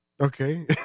Okay